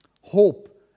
Hope